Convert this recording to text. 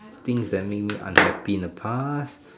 things that make me unhappy in the past